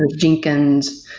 jenkins,